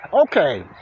okay